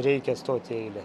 reikia stoti į eilę